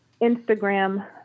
Instagram